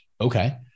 Okay